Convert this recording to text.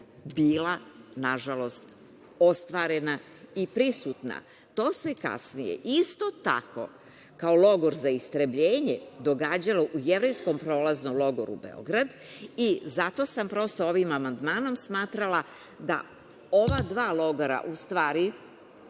bila, nažalost, ostvarena i prisutna. To se kasnije isto tako kao logor za istrebljenje događalo u Jevrejskom prolaznom logoru Beograd i zato sam prosto ovim amandmanom smatrala da ova dva logora u stvari